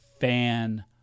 fan